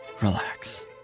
relax